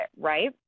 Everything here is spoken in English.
right